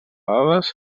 dades